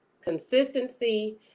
Consistency